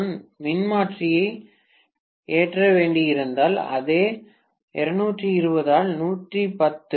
நான் மின்மாற்றியை ஏற்ற வேண்டியிருந்தால் அதே 220 ஆல் 110 2